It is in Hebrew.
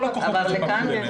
ועבר לכאן?